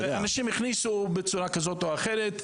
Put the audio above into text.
אנשים הכניסו בצורה כזאת או אחרת,